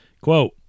Quote